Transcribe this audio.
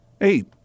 Eight